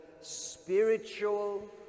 spiritual